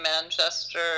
Manchester